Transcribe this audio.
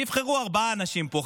שיבחרו ארבעה אנשים פה,